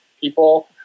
people